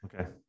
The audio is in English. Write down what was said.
okay